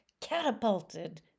catapulted